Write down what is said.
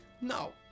No